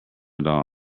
doll